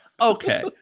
okay